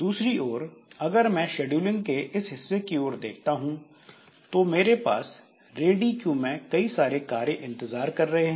दूसरी ओर अगर मैं शेड्यूलिंग के इस हिस्से की ओर देखता हूं तो मेरे पास रेडी क्यू में कई सारे कार्य इंतजार कर रहे हैं